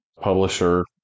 publisher